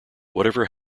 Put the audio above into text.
whatever